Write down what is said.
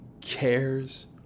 cares